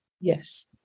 Yes